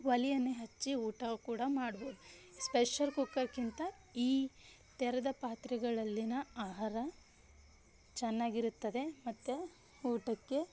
ಒಲೆಯನ್ನೇ ಹಚ್ಚಿ ಊಟ ಕೂಡ ಮಾಡ್ಬೋದು ಸ್ಪೆಷರ್ ಕುಕ್ಕರ್ಗಿಂತ ಈ ತೆರೆದ ಪಾತ್ರೆಗಳಲ್ಲಿನ ಆಹಾರ ಚೆನ್ನಾಗಿರುತ್ತದೆ ಮತ್ತು ಊಟಕ್ಕೆ